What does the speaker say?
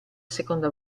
seconda